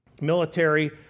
military